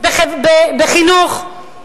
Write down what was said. בחינוך,